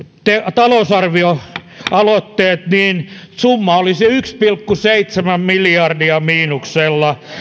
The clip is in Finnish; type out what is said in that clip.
talousarvioaloitteet niin summa olisi yksi pilkku seitsemän miljardia miinuksella